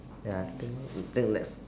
ya thing thing